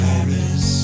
Paris